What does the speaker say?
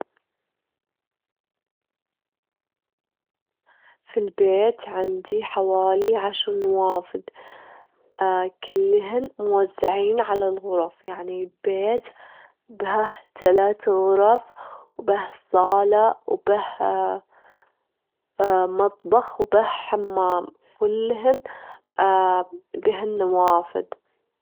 في البيت عندي حوالي عشر نوافذ، كلهم موزعين على الغرف، يعني بيت به تلات غرف، وبه صالة، وبه مطبخ وبه حمام، كلهن بهن نوافذ.